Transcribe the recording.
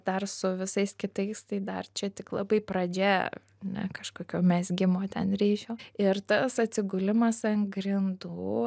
dar su visais kitais tai dar čia tik labai pradžia ane kažkokio mezgimo ten ryšio ir tas atsigulimas ant grindų